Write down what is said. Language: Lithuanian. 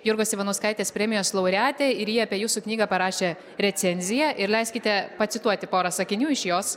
jurgos ivanauskaitės premijos laureatė ir ji apie jūsų knygą parašė recenziją ir leiskite pacituoti porą sakinių iš jos